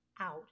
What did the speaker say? out